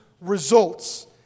results